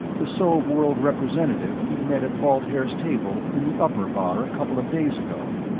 the sov-world representative he'd met at balt haer's table in the upper bar a couple of days ago.